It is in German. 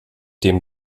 dem